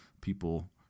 people